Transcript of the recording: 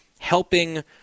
helping